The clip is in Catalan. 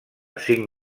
cinc